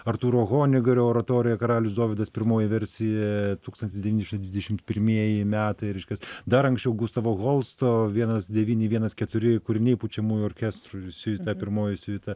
artūro honegerio oratorija karalius dovydas pirmoji versija tūkstantis devyni šimtai dvidešimt pirmieji metai reiškias dar anksčiau gustavo holsto vienas devyni vienas keturi kūriniai pučiamųjų orkestrui visi ta pirmoji siuita